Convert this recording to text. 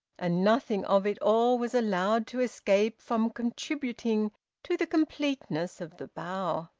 and nothing of it all was allowed to escape from contributing to the completeness of the bow.